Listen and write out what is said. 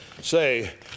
say